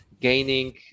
gaining